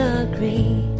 agree